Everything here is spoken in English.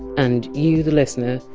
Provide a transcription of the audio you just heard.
and you, the listener,